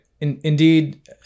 indeed